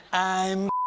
i'm